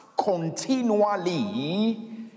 continually